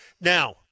Now